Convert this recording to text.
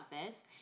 office